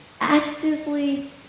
actively